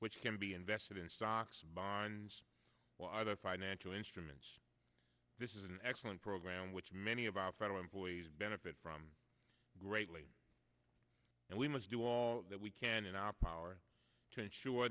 which can be invested in stocks bonds either financial instruments this is an excellent program which many of our federal employees benefit from greatly and we must do all that we can in our power to ensure